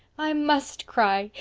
i must cry,